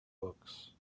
books